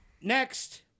Next